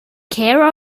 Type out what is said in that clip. care